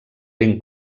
ben